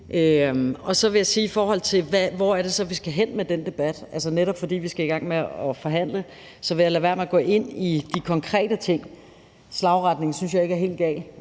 Så vil jeg sige, i forhold til hvor det så er, vi skal hen med den debat, at netop fordi vi skal i gang med at forhandle, vil jeg lade være med at gå ind i de konkrete ting. Retningen synes jeg ikke er helt gal,